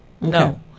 No